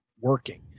working